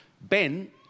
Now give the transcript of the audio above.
Ben